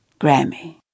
Grammy